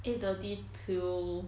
eight thirty till